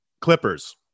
Clippers